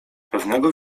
pewnego